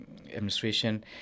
administration